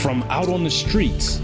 from out on the streets